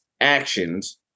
actions